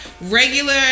regular